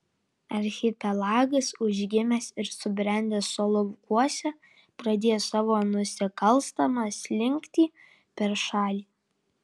archipelagas užgimęs ir subrendęs solovkuose pradėjo savo nusikalstamą slinktį per šalį